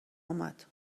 اومد